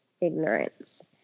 ignorance